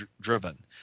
driven